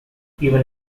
even